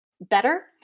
better